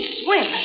swim